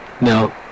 No